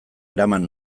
eraman